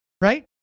right